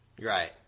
Right